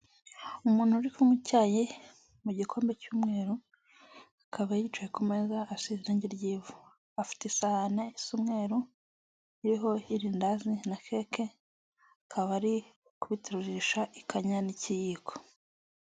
Umuntu uri kunywa cyayi mu gikombe cy'umweru akaba yicaye ku meza asizerengi ry'ivu, afite isahane isa umweru iriho irindazi na keke, akaba ari kubiterurisha ikanya n'ikiyiko.